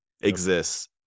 exists